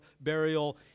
burial